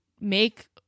make